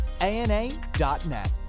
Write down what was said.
ana.net